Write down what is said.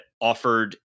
offered